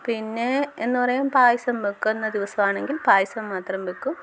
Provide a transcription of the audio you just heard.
പിന്നെ എന്ന് പറയാൻ പായസം വയ്ക്കുന്ന ദിവസമാണെങ്കിൽ പായസം മാത്രം വയ്ക്കും